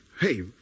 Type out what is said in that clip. Hey